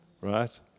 right